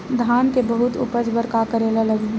धान के बहुत उपज बर का करेला लगही?